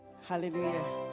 Hallelujah